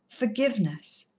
forgiveness.